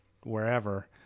wherever